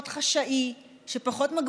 פחות חשאי,